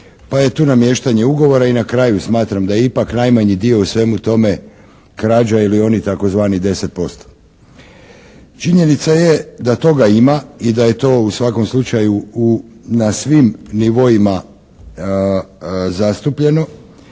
Pa je tu namještanje ugovora i na kraju smatram da je ipak najmanji dio u svemu tome krađa ili onih tzv. 10%. Činjenica je da toga ima i da je to u svakom slučaju na svim nivoima zastupljeno